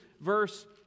verse